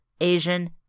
Asian